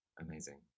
Amazing